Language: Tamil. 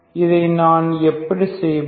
இதை நான் எப்படி செய்வது